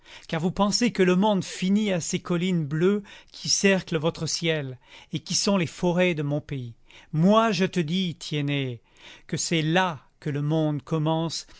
car vous pensez que le monde finit à ces collines bleues qui cerclent votre ciel et qui sont les forêts de mon pays moi je te dis tiennet que c'est là que le monde commence